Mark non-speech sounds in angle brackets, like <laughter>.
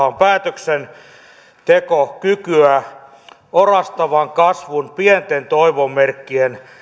<unintelligible> on päätöksentekokykyä orastavan kasvun pienten toivon merkkien